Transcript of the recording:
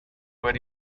were